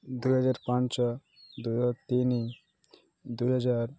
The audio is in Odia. ଦୁଇ ହଜାର ପାଞ୍ଚ ଦୁଇ ହଜାର ତିନି ଦୁଇହଜାର